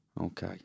Okay